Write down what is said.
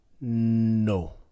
No